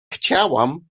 chciałam